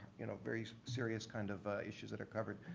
you know, very serious kind of issues that are covered.